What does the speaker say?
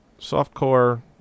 Softcore